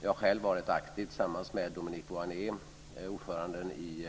Jag har själv varit aktiv tillsammans med Dominique Voyet, ordföranden i